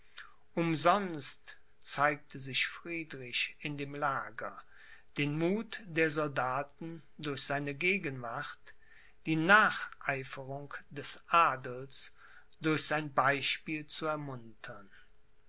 umsonst zeigte sich friedrich in dem lager den muth der soldaten durch seine gegenwart die nacheiferung des adels durch sein beispiel zu ermuntern